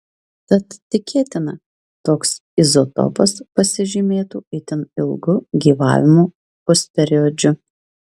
tad tikėtina toks izotopas pasižymėtų itin ilgu gyvavimo pusperiodžiu